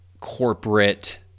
corporate